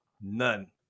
None